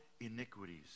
iniquities